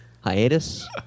hiatus